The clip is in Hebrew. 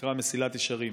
שנקרא "מסילת ישרים".